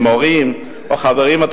ממורים ומחברים,